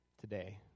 today